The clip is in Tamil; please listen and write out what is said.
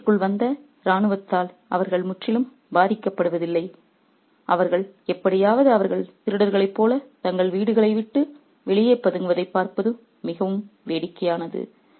நகரத்திற்குள் வந்த இராணுவத்தால் அவர்கள் முற்றிலும் பாதிக்கப்படுவதில்லை அவர்கள் எப்படியாவது அவர்கள் திருடர்களைப் போல தங்கள் வீடுகளை விட்டு வெளியே பதுங்குவதைப் பார்ப்பதும் மிகவும் வேடிக்கையானது